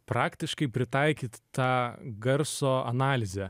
praktiškai pritaikyt tą garso analizę